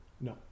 No